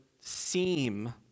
seem